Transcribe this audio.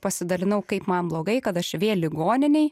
pasidalinau kaip man blogai kad aš vėl ligoninėj